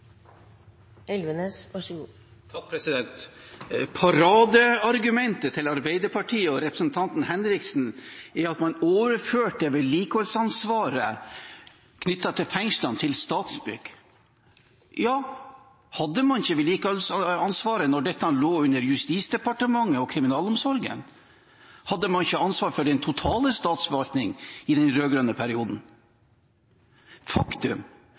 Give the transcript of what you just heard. Henriksen er at man overførte vedlikeholdsansvaret knyttet til fengslene til Statsbygg. Ja, hadde man ikke vedlikeholdsansvaret da dette lå under Justisdepartementet og kriminalomsorgen? Hadde man ikke ansvaret for den totale statsforvaltningen i den rød-grønne perioden? Faktum